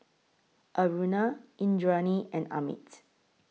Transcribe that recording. Aruna Indranee and Amit